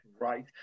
Right